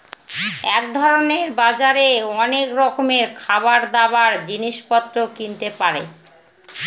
এক ধরনের বাজারে অনেক রকমের খাবার, দাবার, জিনিস পত্র কিনতে পারে